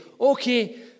okay